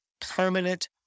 permanent